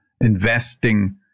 investing